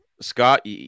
Scott